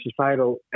societal